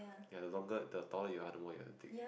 ya the longer the taller you all the more you have to dig